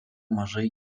mažai